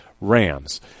Rams